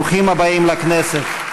ברוכים הבאים לכנסת.